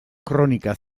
kronika